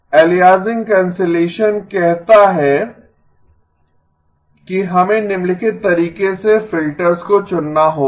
aliasing cancellation कहता है कि हमें निम्नलिखित तरीके से फिल्टर्स को चुनना होगा